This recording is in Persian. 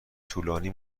طولانی